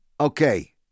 okay